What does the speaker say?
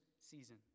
season